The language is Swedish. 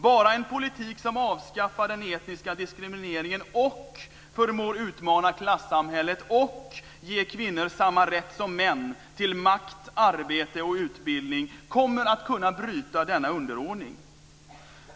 Bara en politik som vill avskaffa den etniska diskrimineringen och förmår utmana klassamhället och ge kvinnor samma rätt som män till makt, arbete och utbildning kommer att kunna bryta denna underordning.